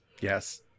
Yes